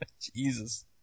Jesus